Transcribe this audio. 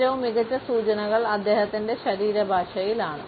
ഏറ്റവും മികച്ച സൂചനകൾ അദ്ദേഹത്തിന്റെ ശരീരഭാഷയിലാണ്